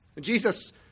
Jesus